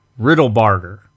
Riddlebarger